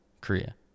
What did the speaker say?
Korea